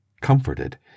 comforted